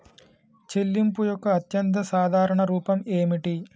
చెల్లింపు యొక్క అత్యంత సాధారణ రూపం ఏమిటి?